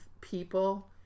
people